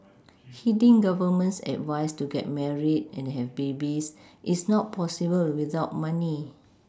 heeding government's advice to get married and have babies is not possible without money